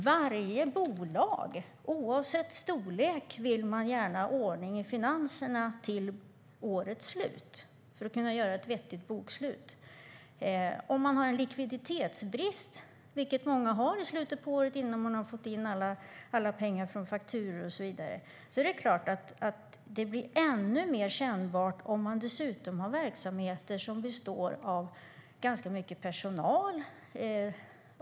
Varje bolag, oavsett storlek, vill ha ordning i finanserna vid årets slut för att kunna göra ett vettigt bokslut. Låt oss säga att man har en likviditetsbrist, vilket många har i slutet av året innan de har fått in alla pengar från fakturor och så vidare. Det är klart att det blir ännu mer kännbart om man dessutom har verksamheter som består av ganska mycket personal.